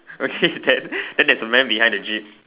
okay then then there's a man behind the jeep